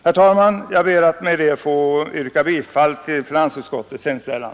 Herr talman! Jag ber att få yrka bifall till finansutskottets hemställan.